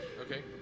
Okay